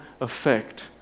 effect